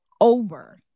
over